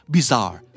Bizarre